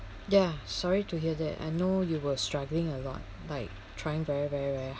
ya sorry to hear that I know you were struggling a lot like trying very very very hard